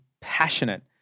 passionate